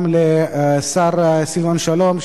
אני פונה גם אליך וגם אל השר סילבן שלום,